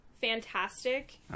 fantastic